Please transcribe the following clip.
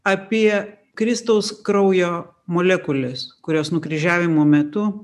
apie kristaus kraujo molekules kurios nukryžiavimo metu